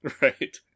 Right